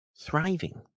thriving